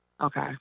Okay